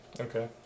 Okay